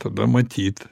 tada matyt